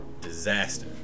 disaster